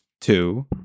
Two